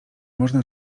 można